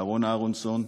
אהרן אהרונסון,